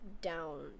down